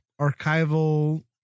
archival